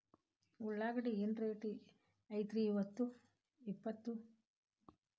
ಉಳ್ಳಾಗಡ್ಡಿ ಏನ್ ರೇಟ್ ಐತ್ರೇ ಇಪ್ಪತ್ತು?